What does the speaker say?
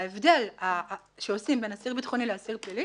ההבדל שעושים בין אסיר ביטחוני לאסיר פלילי